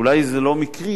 אולי זה לא מקרי,